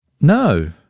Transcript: No